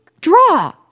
draw